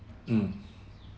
mm